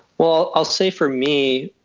well, i'll say for me,